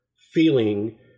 feeling